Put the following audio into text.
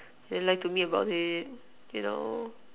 then lie to me about it you know